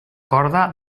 corda